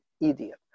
idiot